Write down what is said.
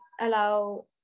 allow